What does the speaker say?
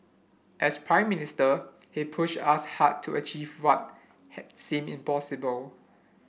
as Prime Minister he pushed us hard to achieve what had seemed impossible